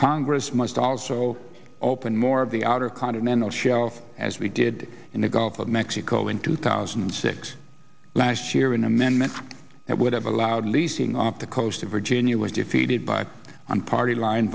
congress must also open more of the outer continental shelf as we did in the gulf of mexico in two thousand and six last year an amendment that would have allowed leasing off the coast of virginia was defeated by one party line